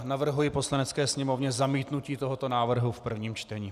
Navrhuji Poslanecké sněmovně zamítnutí tohoto návrhu v prvním čtení.